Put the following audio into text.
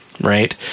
Right